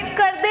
good